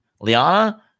Liana